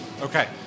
Okay